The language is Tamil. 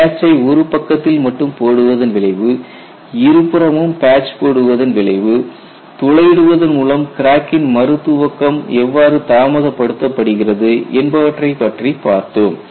பேட்சை ஒரு பக்கத்தில் மட்டும் போடுவதன் விளைவு இருபுறமும் பேட்ச் போடுவதன் விளைவு துளையிடுவதன் மூலம் கிராக்கின் மறு துவக்கம் எவ்வாறு தாமதப்படுத்தப்படுகிறது என்பவற்றைப் பற்றி பார்த்தோம்